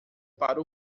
para